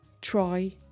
try